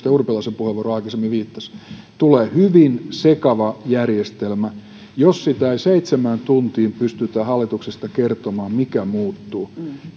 urpilaisen puheenvuoro aikaisemmin viittasi tulee hyvin sekava järjestelmä jos ei seitsemään tuntiin pystytä hallituksesta kertomaan mikä muuttuu